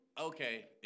Okay